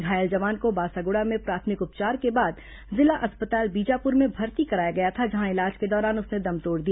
घायल जवान को बासागुड़ा में प्राथमिक उपचार के बाद जिला अस्पताल बीजापुर में भर्ती कराया गया था जहां इलाज के दौरान उसने दम तोड़ दिया